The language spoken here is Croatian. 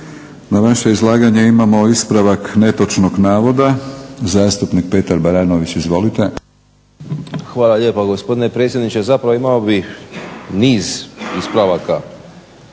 Na vaše izlaganje imamo ispravak netočnog navoda. Zastupnik Petar Baranović, izvolite. **Baranović, Petar (HNS)** Hvala lijepa gospodine predsjedniče. Zapravo imao bih niz ispravaka